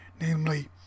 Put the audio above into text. namely